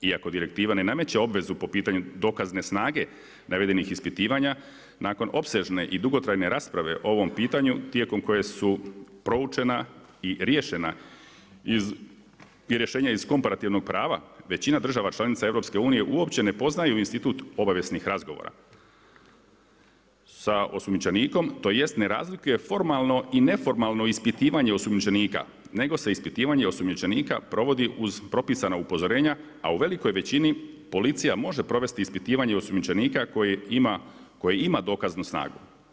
Iako direktiva ne nameće obvezu po pitanju dokazne snage navedenih ispitivanja, nakon opsežne i dugotrajne rasprave o ovom pitanju, tijekom koje su proučena i riješena iz rješenja iz Komparativnog prava, većina država članica EU-a, uopće ne poznaju institut obavijesnih razgovora sa osumnjičenikom, tj. ne razlikuje formalno i neformalno ispitivanje osumnjičenika nego se ispitivanje osumnjičenika provodi uz propisana upozorenja a u velikoj većini, policija može provesti ispitivanja osumnjičenika koji ima dokaznu snagu.